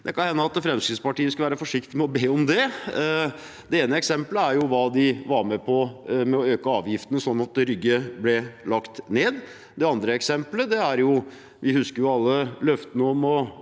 Kan hende Fremskrittspartiet skal være forsiktig med å be om det. Det ene eksemplet er hva de var med på ved å øke avgiftene sånn at Rygge ble lagt ned. Det andre eksemplet er bompenger. Vi husker alle løftene om å